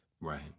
Right